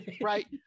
right